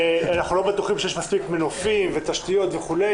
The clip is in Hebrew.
ואנחנו לא בטוחים שיש מספיק מנופים ותשתיות וכו'.